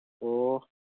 ꯑꯣ